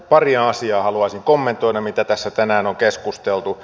paria asiaa haluaisin kommentoida mitä tässä tänään on keskusteltu